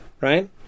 Right